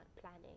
planning